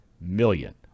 million